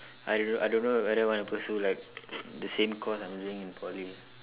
I don't I don't know whether want to pursue like the same course I'm doing in Poly